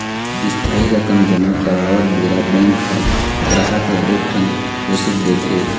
इस्थाई रकम जमा करवात बेरा बेंक ह गराहक ल एक ठन रसीद देथे